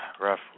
rough